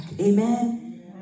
Amen